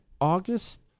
August